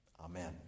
Amen